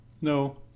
No